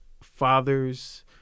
fathers